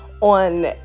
on